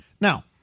Now